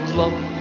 love